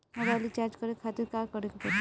Mobile recharge करे खातिर का करे के पड़ी?